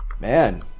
man